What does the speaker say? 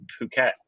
Phuket